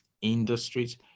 industries